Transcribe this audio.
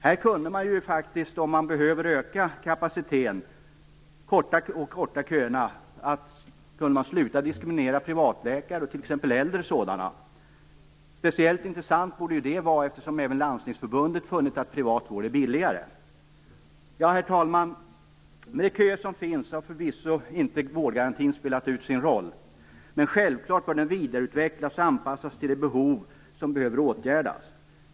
Man kunde faktiskt, om man behöver öka kapaciteten och korta köerna, sluta diskriminera privatläkare, t.ex. äldre sådana. Det borde vara speciellt intressant eftersom även Landstingsförbundet funnit att privat vård är billigare. Herr talman! Med de köer som finns har förvisso inte vårdgarantin spelat ut sin roll, men självklart bör den vidareutvecklas och anpassas till de åtgärder som behövs.